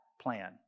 plan